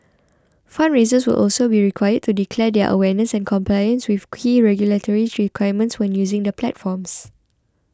fundraisers will also be required to declare their awareness and compliance with key regulatory requirements when using the platforms